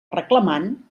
reclamant